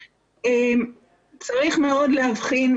צריך מאוד להבחין,